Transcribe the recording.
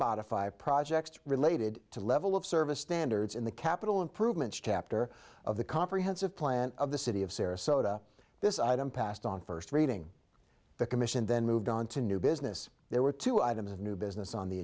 modify projects related to level of service standards in the capital improvement chapter of the comprehensive plan of the city of sarasota this item passed on first reading the commission then moved on to new business there were two items of new business on the